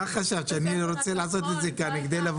רוצה לעשות את זה כאן כדי לבוא